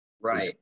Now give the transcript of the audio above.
Right